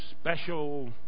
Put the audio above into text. special